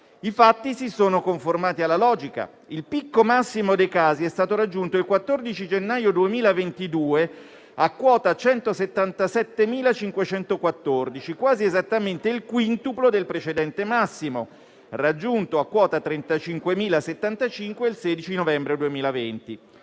I fatti si sono conformati alla logica. Il picco massimo dei casi è stato raggiunto il 14 gennaio 2022, a quota 177.514, quasi esattamente il quintuplo del precedente massimo, raggiunto a quota 35.075 il 16 novembre 2020.